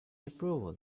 approval